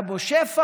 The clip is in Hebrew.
היה בו שפע?